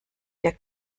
der